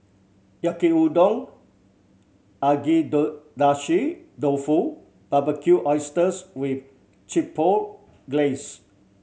Yaki Udon dofu and Barbecued Oysters with Chipotle Glaze